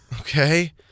Okay